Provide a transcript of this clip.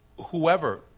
whoever